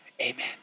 Amen